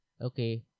okay